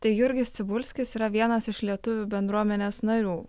tai jurgis cibulskis yra vienas iš lietuvių bendruomenės narių